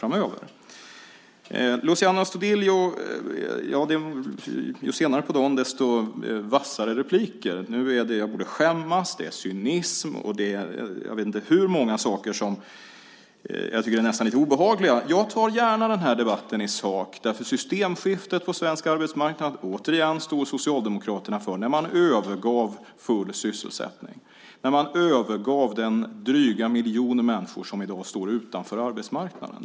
Ju senare på dagen desto vassare repliker - det gäller för Luciano Astudillo. Nu säger han att jag borde skämmas och han talar om cynism och jag vet inte hur många saker som jag nästan tycker är lite obehagliga. Jag tar gärna debatten i sak. Återigen: Systemskiftet på svensk arbetsmarknad stod Socialdemokraterna för när man övergav full sysselsättning och när man övergav drygt en miljon människor som i dag står utanför arbetsmarknaden.